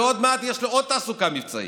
ועוד מעט יש לו עוד תעסוקה מבצעית.